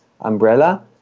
umbrella